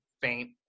faint